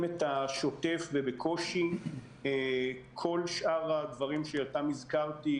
את השוטף ובקושי כל שאר הדברים שאותם הזכרתי,